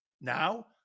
Now